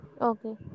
Okay